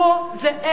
לא רוצים לראות אתכם.